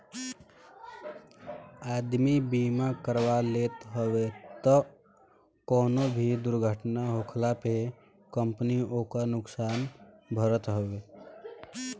आदमी बीमा करवा लेत हवे तअ कवनो भी दुर्घटना होखला पे कंपनी ओकर नुकसान भरत हवे